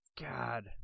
God